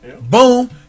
Boom